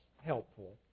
helpful